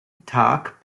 tag